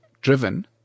driven